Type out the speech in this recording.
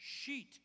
sheet